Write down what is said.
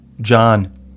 John